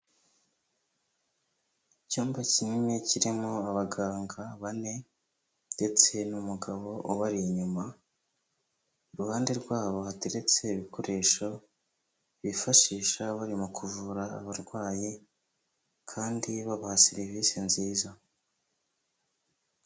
Icyumba kinini kirimo abaganga bane ndetse n'umugabo ubari inyuma, iruhande rwabo hateretse ibikoresho bifashisha barimo kuvura abarwayi kandi babaha serivisi nziza.